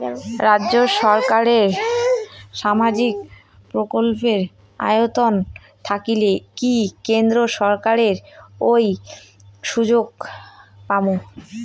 রাজ্য সরকারের সামাজিক প্রকল্পের আওতায় থাকিলে কি কেন্দ্র সরকারের ওই সুযোগ পামু?